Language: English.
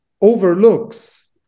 Overlooks